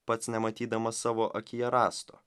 pats nematydamas savo akyje rąsto